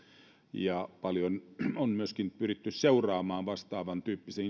ja sitä paljon on pyritty seuraamaan rakentamalla vastaavantyyppisiä